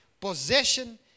possession